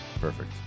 Perfect